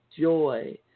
joy